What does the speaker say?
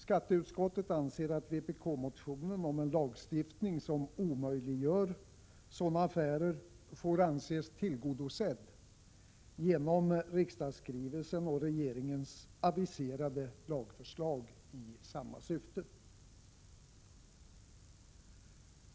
Skatteutskottet anser att vpk-motionen om en lagstiftning som omöjliggör sådana affärer får anses tillgodosedd genom riksdagsskrivelsen och regeringens aviserade lagförslag i samma syfte.